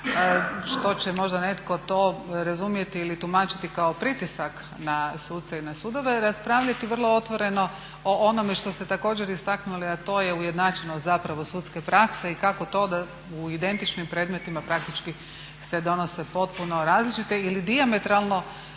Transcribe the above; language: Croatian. što će možda netko to razumjeti ili tumačiti kao pritisak na suce i na sudove raspravljati vrlo otvoreno o onome što ste također istaknuli a to je ujednačenost zapravo sudske prakse i kako to da u identičnim predmetima praktički se donose potpuno različite ili dijametralno